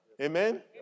Amen